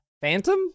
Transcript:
phantom